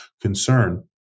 concern